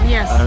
Yes